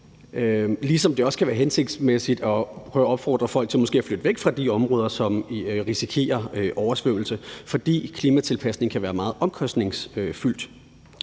ligesom det også kan være hensigtsmæssigt at prøve at opfordre folk til måske at flytte væk fra de områder, som risikerer oversvømmelse, fordi klimatilpasning kan være meget omkostningsfyldt.